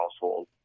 household